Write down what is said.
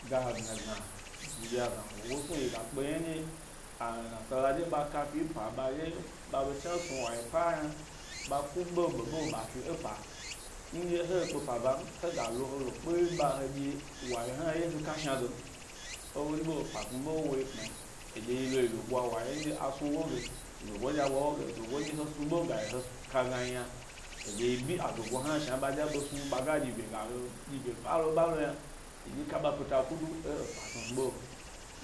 Ga-gna gna gi yi ɗye ya a zamgo, wo snu yi ga kpe yna ndye, a nansala ɗye ɓa ka fi pa ba ɗye ba be dhna snu woiyo pa yna ɓa ku ɓe be be ba fi e pa, nɗye he kpe ‘pa bam hega lo helo kpe wye ɓa he ɗye wango hna ye he ka shna gem. Ewori ɓe, pa kpmi ɓe wo yi pmae edye yilo ɓwa, wayo nɗye a snu wo ge, zogo eɗye a ɓwa wo ge, zogo nɗye he snu ɓe yayi he snu, ka gna yna yi bi a zogo hna shna ɓa dye aɓe snug a ɗyi bye ɓalo ɓalo yna, yichye ka ɓa pila ku du e epa snu snu ɓe,